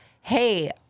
hey